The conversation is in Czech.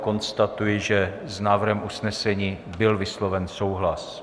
Konstatuji, že s návrhem usnesení byl vysloven souhlas.